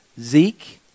Zeke